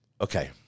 okay